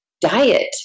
Diet